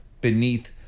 beneath